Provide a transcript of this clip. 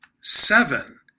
Seven